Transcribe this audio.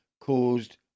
caused